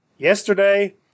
Yesterday